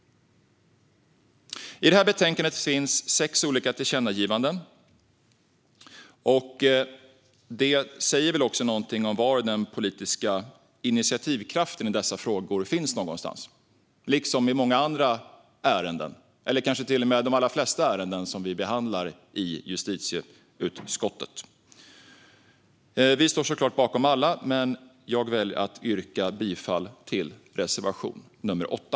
I betänkandet föreslås sex olika tillkännagivanden. Det säger väl också någonting om var den politiska initiativkraften finns i dessa frågor, liksom i många andra ärenden, kanske till och med de allra flesta ärenden som vi behandlar i justitieutskottet. Vi står såklart bakom alla våra reservationer, men jag väljer att yrka bifall endast till reservation nr 8.